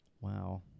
Wow